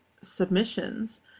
submissions